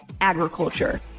agriculture